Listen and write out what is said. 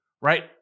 right